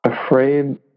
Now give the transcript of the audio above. afraid